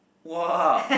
!wah!